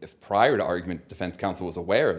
if prior to argument defense counsel was aware of